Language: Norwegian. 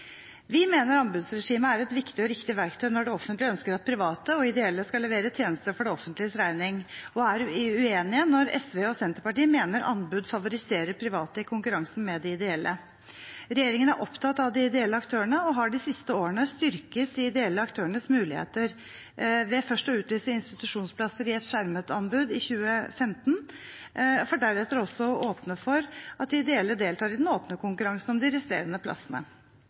Vi mener anbudsregimet er et viktig og riktig verktøy når det offentlige ønsker at private og ideelle skal levere tjenester for det offentliges regning, og er uenig når SV og Senterpartiet mener anbud favoriserer private i konkurransen med de ideelle. Regjeringen er opptatt av de ideelle aktørene og har de siste årene styrket de ideelle aktørens muligheter ved først å utlyse institusjonsplasser i et skjermet anbud i 2015, for deretter å åpne for at de ideelle også deltar i den åpne konkurransen om de resterende plassene.